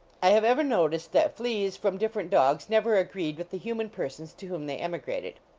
i have ever noticed that fleas from different dogs never agreed with the human persons to whom they emigrated.